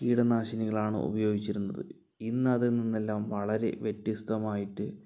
കീടനാശിനികളാണ് ഉപയോഗിച്ചിരുന്നത് ഇന്നതിൽ നിന്നെല്ലാം വളരെ വ്യത്യസ്തമായിട്ട്